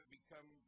become